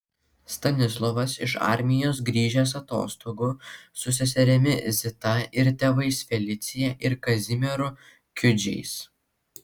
stanislovas iš armijos grįžęs atostogų su seserimi zita ir tėvais felicija ir kazimieru kiudžiais